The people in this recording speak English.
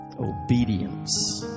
Obedience